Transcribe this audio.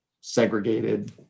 segregated